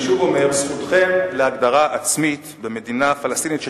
אני שוב אומר: זכותכם להגדרה עצמית במדינה פלסטינית שתוקם,